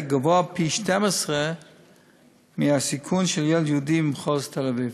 גבוה פי-12 מהסיכון של ילד יהודי ממחוז תל-אביב.